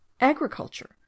Agriculture